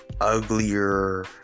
uglier